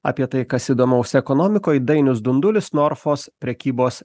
apie tai kas įdomaus ekonomikoj dainius dundulis norfos prekybos